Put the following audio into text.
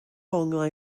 onglau